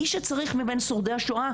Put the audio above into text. מי שצריך מבין שורדי השואה,